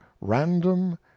random